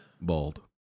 Bald